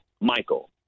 Michael